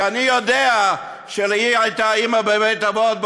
כי אני יודע שלי הייתה אימא בבית-אבות,